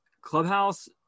Clubhouse